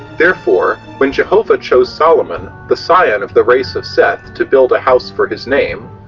therefore when jehovah chose solomon, the scion of the race of seth, to build a house for his name,